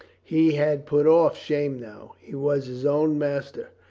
he had put off shame now. he was his own master.